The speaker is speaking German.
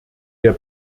der